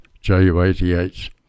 Ju-88s